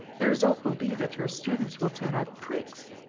the result will be that your students will turn out prigs.